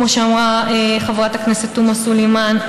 כמו שאמרה חברת הכנסת תומא סלימאן,